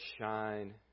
shine